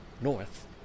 north